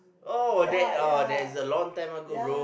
oh that oh that is a long time one ago